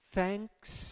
thanks